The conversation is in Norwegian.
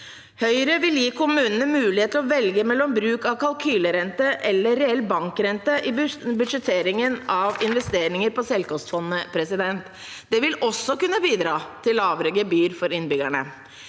Høyre vil gi kommunene mulighet til å velge mellom bruk av kalkylerente og reell bankrente i budsjetteringen av investeringer på selvkostområdet. Det vil også kunne bidra til lavere gebyr for innbyggerne.